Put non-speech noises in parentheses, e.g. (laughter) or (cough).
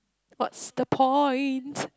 what's the point (breath)